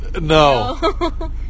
No